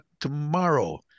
Tomorrow